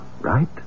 Right